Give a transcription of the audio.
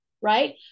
right